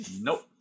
Nope